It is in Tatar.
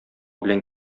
белән